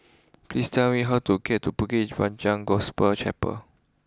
please tell me how to get to Bukit Panjang Gospel Chapel